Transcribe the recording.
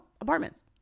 apartments